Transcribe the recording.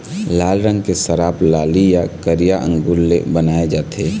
लाल रंग के शराब लाली य करिया अंगुर ले बनाए जाथे